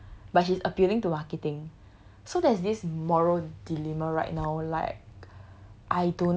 she got H_R but she's appealing to marketing so there's this moral dilemma right now like